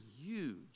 huge